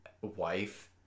wife